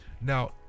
Now